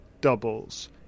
doubles